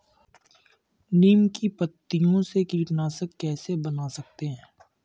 नीम की पत्तियों से कीटनाशक कैसे बना सकते हैं?